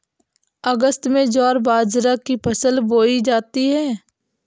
अगस्त में ज्वार बाजरा की फसल बोई जाती हैं